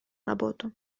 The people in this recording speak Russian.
работу